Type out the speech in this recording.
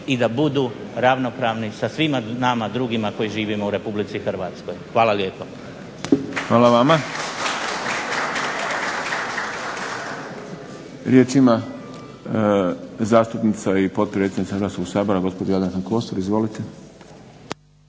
i da budu ravnopravni sa svima nama drugima koji živimo u Republici Hrvatskoj. Hvala lijepo. /Pljesak./ **Šprem, Boris (SDP)** Hvala vama. Riječ ima zastupnica i potpredsjednica Hrvatskog sabora gospođa Jadranka Kosor. Izvolite.